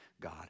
God